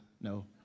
No